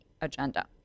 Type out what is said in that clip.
Agenda